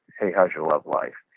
hey, how's your love life?